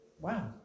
Wow